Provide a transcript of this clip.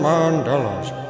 Mandela's